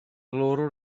loro